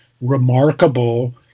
remarkable